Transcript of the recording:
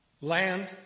land